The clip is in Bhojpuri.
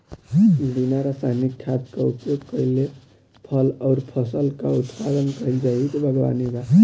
बिना रासायनिक खाद क उपयोग कइले फल अउर फसल क उत्पादन कइल जैविक बागवानी बा